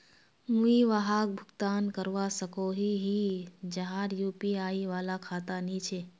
मुई वहाक भुगतान करवा सकोहो ही जहार यु.पी.आई वाला खाता नी छे?